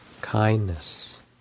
kindness